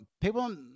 People